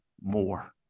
more